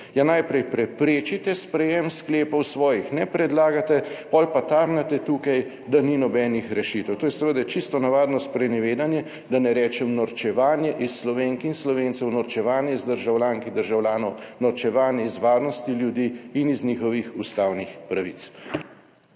najprej preprečite sprejem sklepov, svojih ne predlagate, pol pa tarnate tukaj, da ni nobenih rešitev. To je seveda čisto navadno sprenevedanje, da ne rečem norčevanje iz Slovenk in Slovencev, norčevanje iz državljank in državljanov, norčevanje iz varnosti ljudi in iz njihovih ustavnih pravic.